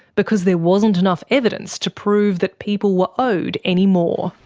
because there wasn't enough evidence to prove that people were owed any more.